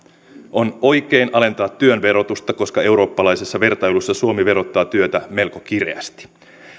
on oikein alentaa työn verotusta koska eurooppalaisessa vertailussa suomi verottaa työtä melko kireästi